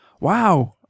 wow